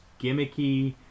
gimmicky